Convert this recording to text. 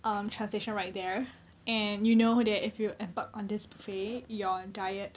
um translation right there and you know that if you embark on this buffet your diet